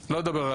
אני לא אדבר על